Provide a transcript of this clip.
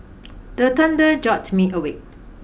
the thunder jolt me awake